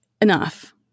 Enough